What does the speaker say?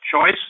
choice